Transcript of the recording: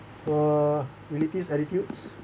uh elitist attitudes